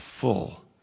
full